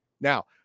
Now